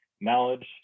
knowledge